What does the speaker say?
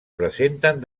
presenten